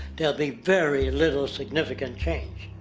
there will be very little significant change.